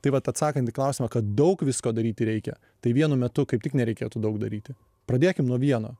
tai vat atsakant į klausimą kad daug visko daryti reikia tai vienu metu kaip tik nereikėtų daug daryti pradėkim nuo vieno